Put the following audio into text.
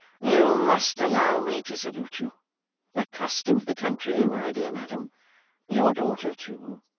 you must allow me to salute you the custom of the country, my dear madam your daughter too